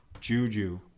Juju